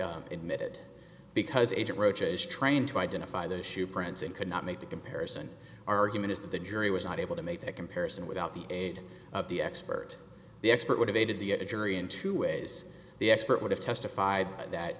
admitted because agent roach is trained to identify the shoe prints and could not make the comparison argument is that the jury was not able to make that comparison without the aid of the expert the expert would have aided the jury in two ways the expert would have testified that